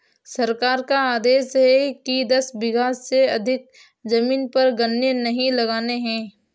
सरकार का आदेश है कि दस बीघा से अधिक जमीन पर गन्ने नही लगाने हैं